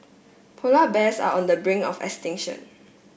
polar bears are on the bring of extinction